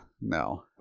no